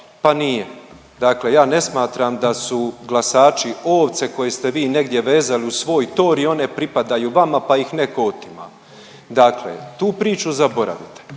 pa nije. Dakle ja ne smatram da su glasači ovce koje ste vi negdje vezali u svoj tor i one pripadaju vama pa ih netko otima. Dakle tu priču zaboravite.